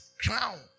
crown